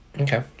Okay